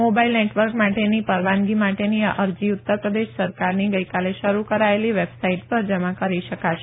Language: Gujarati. મોબાઈલ નેટવર્ક માટેની પરવાનગી માટેની અરજી ઉત્તર પ્રદેશ સરકારની ગઈકાલે શરૂ કરાયેલી વેબસાઈટ પર જમા કરી શકાશે